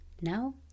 Now